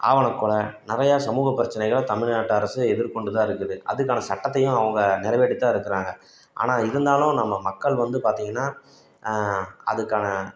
ஆவணக்கொலை நிறையா சமூக பிரச்சனைகளை தமிழ்நாட்டு அரசு எதிர்கொண்டுதான் இருக்குது அதுக்கான சட்டத்தையும் அவங்க நிறைவேற்றி தான் இருக்கிறாங்க ஆனால் இருந்தாலும் நம்ம மக்கள் வந்து பார்த்திங்கன்னா அதுக்கான